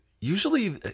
usually